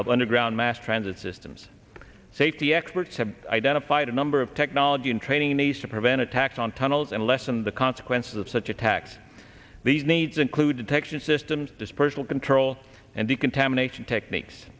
of underground mass transit systems safety experts have identified a number of technology and training needs to prevent attacks on tunnels and lessen the consequences of such attacks these needs include detection systems dispersal control and decontamination techniques